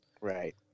right